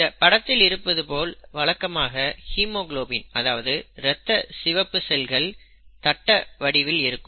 இந்த படத்தில் இருப்பது போல் வழக்கமாக ஹீமோகுளோபின் அதாவது ரத்த சிகப்பு செல்கள் தட்டு வடிவில் இருக்கும்